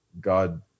God